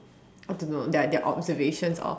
I don't know their their observations or